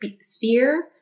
sphere